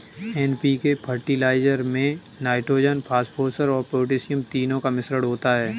NPK fertilizer में nitrogen, phosphorus और potassium तीनों का मिश्रण होता है